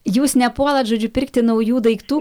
jūs nepuolat žodžiu pirkti naujų daiktų